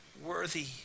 worthy